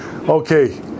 Okay